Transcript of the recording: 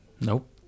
Nope